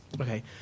Okay